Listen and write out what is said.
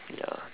ya